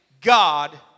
God